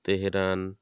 Tehran